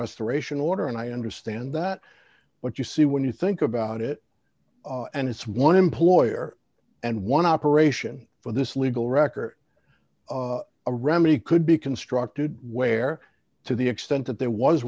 restoration order and i understand that but you see when you think about it and it's one employer and one operation for this legal record a remedy could be constructed where to the extent that there was